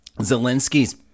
Zelensky's